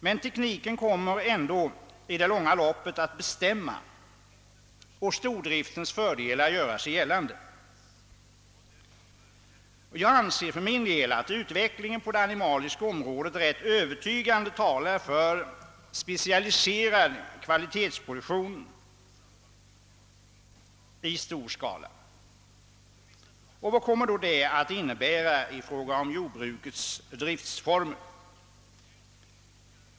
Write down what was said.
Men tekniken kommer ändå i det långa loppet att bestämma och stordriftens fördelar att göra sig gällande. Jag anser att utvecklingen på det animaliska området rätt övertygande talar för specialiserad kvalitetsproduktion i stor skala. Vad kommer detta att innebära i fråga om jordbrukets driftsformer?